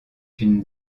une